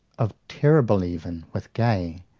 of terrible even, with gay,